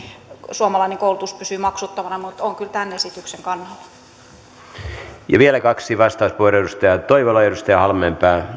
suomalainen koulutus pysyy maksuttomana mutta olen kyllä tämän esityksen kannalla vielä kaksi vastauspuheenvuoroa edustaja toivola ja edustaja halmeenpää